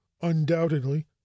Undoubtedly